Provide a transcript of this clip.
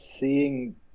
Seeing